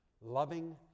loving